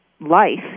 life